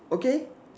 okay